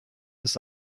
ist